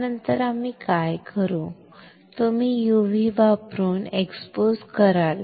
यानंतर आम्ही काय करू तुम्ही UV वापरून एक्सपोज कराल